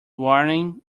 warning